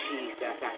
Jesus